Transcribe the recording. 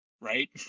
right